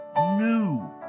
new